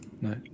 No